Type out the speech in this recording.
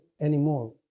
anymore